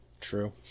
True